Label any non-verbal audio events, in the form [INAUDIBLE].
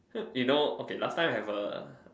[NOISE] you know okay last time I have A